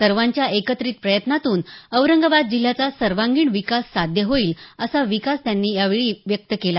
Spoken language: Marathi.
सर्वांच्या एकत्रित प्रयत्नातून औरंगाबाद जिल्ह्याचा सर्वांगीण विकास साध्य होईल असा विश्वास त्यांनी यावेळी व्यक्त केला